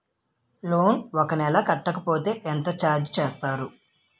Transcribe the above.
Loan ఒక నెల కట్టకపోతే ఎంత ఛార్జ్ చేస్తారు?